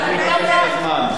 עזוב אותי עכשיו,